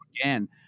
again